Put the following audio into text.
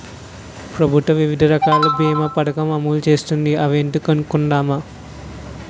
ప్రభుత్వం వివిధ రకాల బీమా పదకం అమలు చేస్తోంది అవేంటో కనుక్కుందామా?